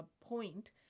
point